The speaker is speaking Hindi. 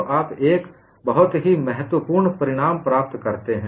तो आप एक बहुत ही महत्वपूर्ण परिणाम प्राप्त करते हैं